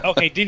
Okay